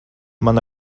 man